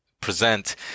present